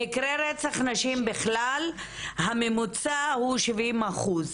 מקרי רצח נשים בכלל הממוצע הוא 70 אחוז.